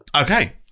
Okay